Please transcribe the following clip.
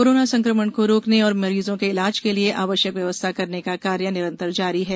corona संक्रमण को रोकने और मरीजों के इलाज के लिए आवश्यक व्यवस्था करने का कार्य निरंतर जारी है